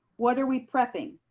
what are we prepping?